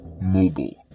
Mobile